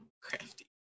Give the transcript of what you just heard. Crafty